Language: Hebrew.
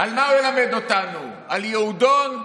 מה הוא ילמד אותנו, על "יהודון"?